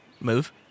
move